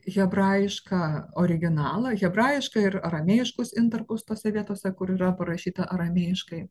hebrajišką originalą hebrajišką ir aramėjiškus intarpus tose vietose kur yra parašyta aramėjiškai